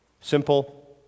Simple